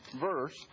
verse